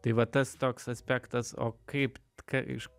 tai va tas toks aspektas o kaip ką iš